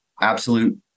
absolute